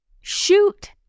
shoot